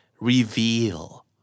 reveal